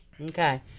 Okay